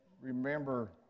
remember